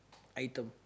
item